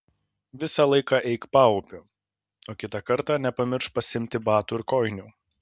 visą laiką eik paupiu o kitą kartą nepamiršk pasiimti batų ir kojinių